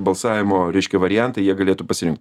balsavimo reiškia variantą jie galėtų pasirinkt